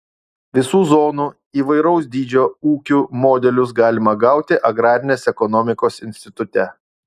visų zonų įvairaus dydžio ūkių modelius galima gauti agrarinės ekonomikos institute